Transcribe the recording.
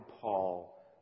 Paul